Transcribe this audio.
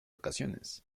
ocasiones